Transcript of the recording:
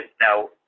Now